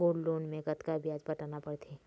Gold loan मे कतका ब्याज पटाना पड़थे?